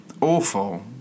Awful